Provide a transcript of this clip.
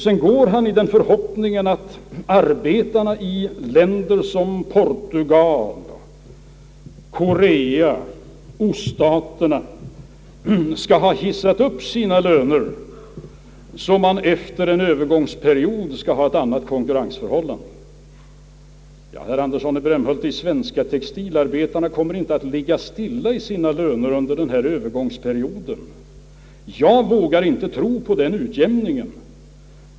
Sedan går han i den förhoppningen att arbetarna i länder såsom t.ex. Portugal, Korea skall pressa upp sina löner, så att det efter en övergångsperiod kommer att råda ett annat konkurrensförhållande. Ja, herr Andersson i Brämhult, men de svenska textilarbetarna kommer inte att ligga stilla i sina löner under denna övergångsperiod. Jag vågar inte tro på en sådan utjämning.